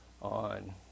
on